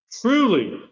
truly